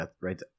right